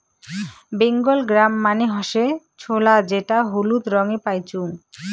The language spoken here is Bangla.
বেঙ্গল গ্রাম মানে হসে ছোলা যেটা হলুদ রঙে পাইচুঙ